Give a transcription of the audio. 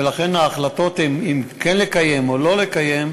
ולכן ההחלטות אם כן לקיים או לא לקיים,